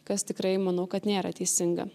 kas tikrai manau kad nėra teisinga